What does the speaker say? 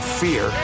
fear